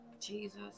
Jesus